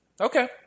Okay